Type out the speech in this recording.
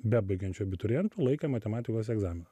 bebaigiančių abiturientų laikė matematikos egzaminą